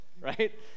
right